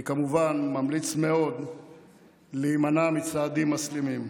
אני כמובן ממליץ מאוד להימנע מצעדים מסלימים.